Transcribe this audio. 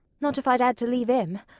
not if i'd had to leave him.